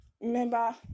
Remember